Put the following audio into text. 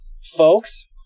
folks